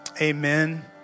amen